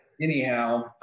anyhow